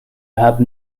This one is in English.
have